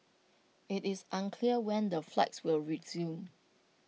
IT is unclear when the flights will resume